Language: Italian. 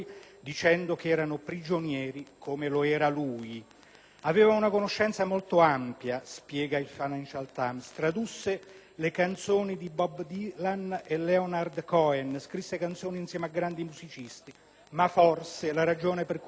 aveva una conoscenza molto ampia; tradusse le canzoni di Bob Dylan e Leonard Cohen, scrisse canzoni insieme a grandi musicisti. Tuttavia, forse la ragione per cui De André rimane così celebrato è la sua spiritualità: